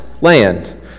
land